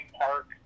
Park